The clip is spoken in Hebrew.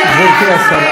גברתי השרה,